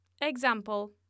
Example